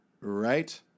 Right